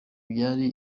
byari